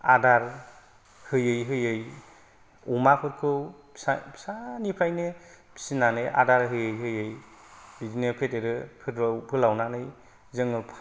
आदार होयै होयै अमाफोरखौ फिसानिफ्रायनो फिसिनानै आदार होयै होयै बिदिनो फेदेरो फोलावनानै जोङो